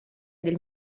del